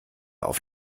auf